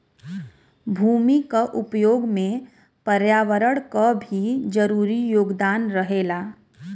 भूमि क उपयोग में पर्यावरण क भी जरूरी योगदान रहेला